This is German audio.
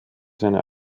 seiner